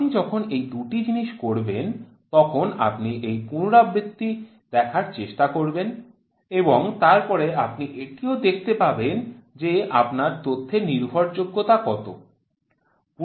আপনি যখন এই দুটি জিনিস করবেন তখন আপনি সেই পুনরাবৃত্তিটি দেখার চেষ্টা করবেন এবং তারপরে আপনি এটিও দেখতে পাবেন যে আপনার তথ্যের নির্ভরযোগ্যতা কতটা